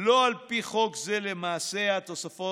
לא על פי חוק זה למעשה התוספות